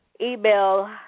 email